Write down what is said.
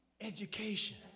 education